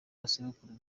bisekuru